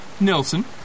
Nelson